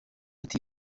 ati